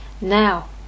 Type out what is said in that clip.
now